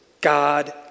God